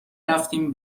رفتیم